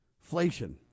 inflation